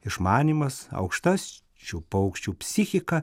išmanymas aukšta šių paukščių psichika